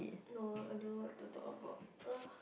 no I don't know what to talk about uh